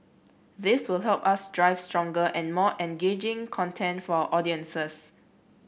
this will help us drive stronger and more engaging content for audiences